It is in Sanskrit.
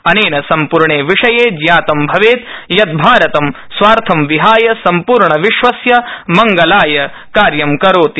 अनेन सम्पूर्णे विषये ज्ञातं भवेत् यत् भारतं स्वार्थं विहाय सम्प्र्ण विश्वस्य मंगलाय कार्य करोति